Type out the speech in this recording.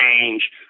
change